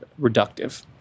reductive